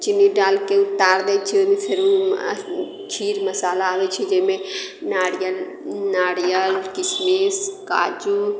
चीनी डालके उतार दय छी ओहिमे फिर ओ खीर मसाला आबैत छै जाहिमे नारियल नारियल किशमिश काजू